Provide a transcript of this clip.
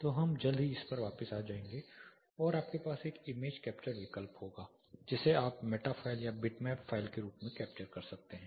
तो हम जल्द ही इस पर वापस आ जाएंगे और आपके पास एक इमेज कैप्चर विकल्प होगा जिसे आप मेटा फ़ाइल या बिटमैप फ़ाइल के रूप में कैप्चर कर सकते हैं